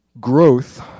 growth